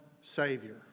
Savior